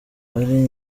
ari